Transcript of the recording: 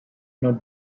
not